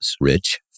Rich